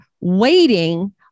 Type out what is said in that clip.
waiting